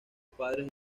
padres